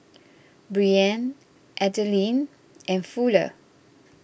Breann Adilene and Fuller